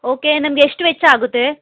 okay ನಮಗೆ ಎಷ್ಟು ವೆಚ್ಚ ಆಗುತ್ತೆ